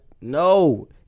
No